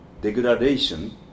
degradation